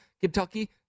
Kentucky